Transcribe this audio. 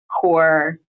core